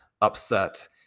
upset